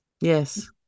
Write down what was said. yes